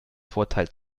vorteil